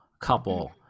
couple